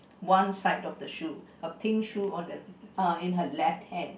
one side of the shoe a pink shoe on the uh in her left hand